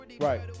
Right